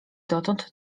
dotąd